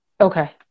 Okay